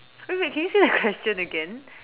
wait wait can you say the question again